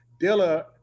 Dilla